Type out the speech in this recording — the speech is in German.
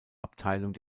abteilung